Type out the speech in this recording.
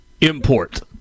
import